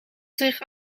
zich